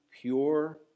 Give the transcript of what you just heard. pure